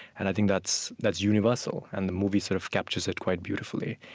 and i think that's that's universal, and the movie sort of captures it quite beautifully,